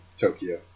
Tokyo